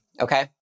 Okay